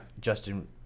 Justin